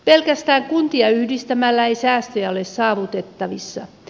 pelkästään kuntia yhdistämällä ei säästöjä ole saavutettavissa